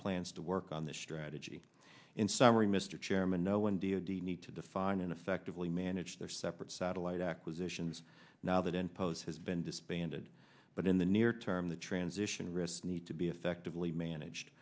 plans to work on this strategy in summary mr chairman no one deity need to define and effectively manage their separate satellite acquisitions now that impose has been disbanded but in the near term the transition risk need to be effectively managed